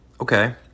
Okay